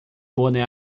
boné